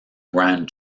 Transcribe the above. gran